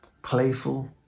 playful